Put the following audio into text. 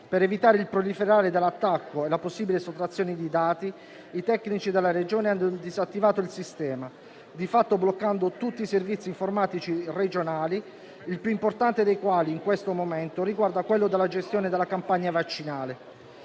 per evitare il proliferare dell'attacco e la possibile sottrazioni di dati, i tecnici della Regione hanno disattivato il sistema, di fatto bloccando tutti i servizi informatici regionali, il più importante dei quali in questo momento riguarda la gestione della campagna vaccinale.